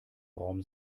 raum